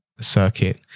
circuit